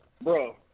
bro